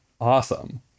awesome